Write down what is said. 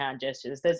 gestures